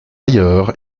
ailleurs